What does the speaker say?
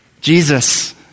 Jesus